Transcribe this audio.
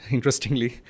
Interestingly